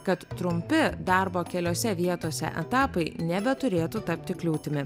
kad trumpi darbo keliose vietose etapai nebeturėtų tapti kliūtimi